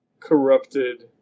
Corrupted